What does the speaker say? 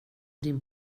din